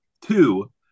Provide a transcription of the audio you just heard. Two